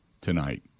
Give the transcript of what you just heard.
tonight